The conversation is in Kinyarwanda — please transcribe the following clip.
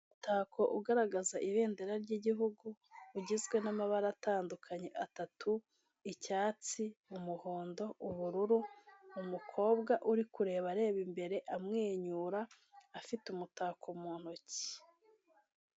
Umutako ugaragaza ibendera ry'igihugu ugizwe n'amabara atandukanye atatu, icyatsi, umuhondo, ubururu, umukobwa uri kureba areba imbere amwenyura afite umutako mu ntoki.